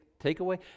takeaway